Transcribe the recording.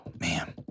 man